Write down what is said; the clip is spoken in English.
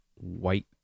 white